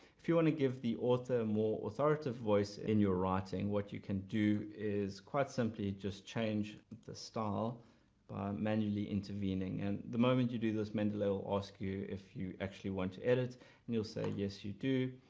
if you want to give the author more authoritative voice in your writing, what you can do is quite simply just change the style manually intervening. and the moment you do this mendeley will ask you if you want to edit and you'll say yes you do.